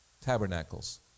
Tabernacles